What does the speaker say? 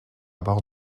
bord